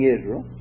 Israel